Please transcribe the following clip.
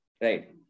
right